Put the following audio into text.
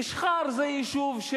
אשחר זה יישוב,